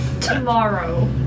tomorrow